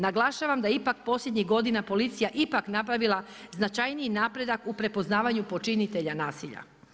Naglašavam da je ipak posljednjih godina policija ipak napravila značajniji napredak u prepoznavanju počinitelja nasilja.